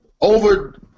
over